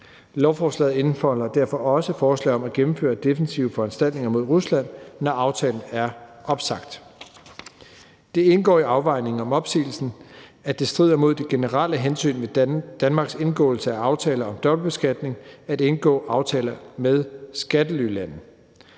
Lovforslaget indfolder derfor også et forslag om at gennemføre defensive foranstaltninger mod Rusland, når aftalen er opsagt. Det indgår i afvejningen af opsigelsen, at det strider mod de generelle hensyn ved Danmarks indgåelse af aftaler om dobbeltbeskatning at indgå aftaler med skattelylande.